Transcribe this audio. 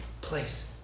place